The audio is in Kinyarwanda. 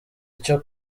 icyo